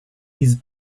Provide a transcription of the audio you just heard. his